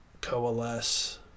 coalesce